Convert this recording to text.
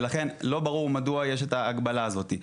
לכן לא ברור מדוע יש את ההגבלה הזאת.